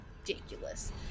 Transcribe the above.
ridiculous